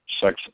Sex